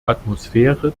atmosphäre